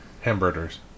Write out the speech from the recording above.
Hamburgers